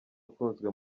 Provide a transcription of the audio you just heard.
ukunzwe